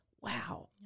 wow